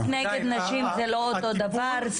אלימות נגד נשים זה לא אותו דבר,